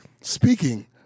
Speaking